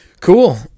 Cool